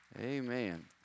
Amen